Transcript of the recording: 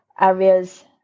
areas